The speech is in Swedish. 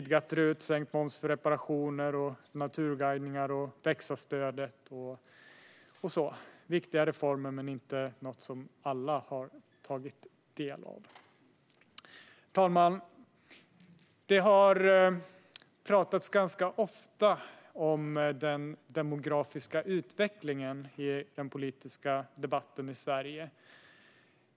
Det har gällt RUT, reparationer, naturguidningar, växa-stödet och så vidare. Det har varit viktiga reformer men inte något som alla har tagit del av. Herr talman! Det har ganska ofta i den politiska debatten talats om den demografiska utvecklingen i Sverige.